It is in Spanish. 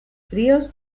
fríos